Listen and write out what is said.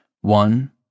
One